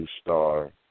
Star